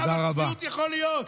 כמה צביעות יכולה להיות?